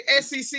SEC